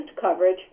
coverage